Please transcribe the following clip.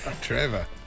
Trevor